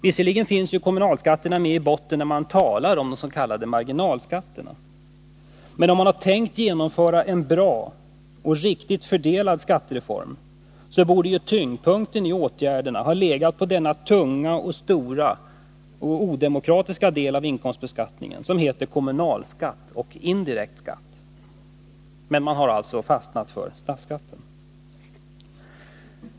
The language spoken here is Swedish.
Visserligen finns kommunalskatten med i botten när det talas om de s.k. marginalskatterna, men om man har tänkt genomföra en bra och riktigt fördelad skattereform, borde huvudvikten i åtgärderna ha legat på den tunga och odemokratiska del av beskattningen som heter kommunalskatt och indirekt skatt. Men man har alltså fastnat för statsskatten.